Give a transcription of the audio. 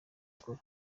dukora